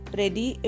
ready